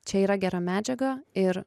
čia yra gera medžiaga ir